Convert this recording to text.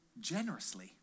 generously